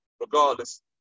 regardless